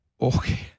Okay